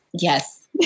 Yes